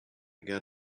get